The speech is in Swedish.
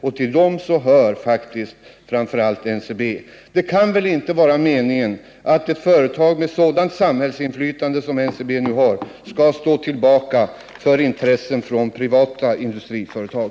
Och till dem hör faktiskt NCB. Det kan väl inte vara meningen att ett företag med sådant samhällsinflytande som NCB nu har skall stå tillbaka för intressen från privata industriföretag?